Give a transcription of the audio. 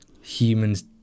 humans